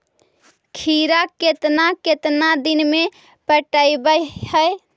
खिरा केतना केतना दिन में पटैबए है?